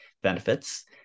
benefits